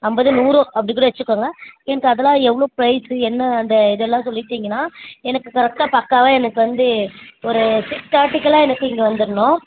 ஐம்பது நூறோ அப்படி கூட வச்சிக்கோங்க எனக்கு அதெல்லாம் எவ்வளோ ப்ரைஸ் என்ன அந்த இதெல்லாம் சொல்லிட்டிங்கனால் எனக்கு கரெக்டாக பக்காவாக எனக்கு வந்து ஒரு சிக்ஸ் தேர்ட்டிக்கெலாம் எனக்கு இங்கே வந்துடணும்